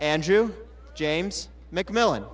andrew james mcmillan